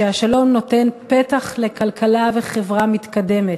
שהשלום נותן פתח לכלכלה וחברה מתקדמת,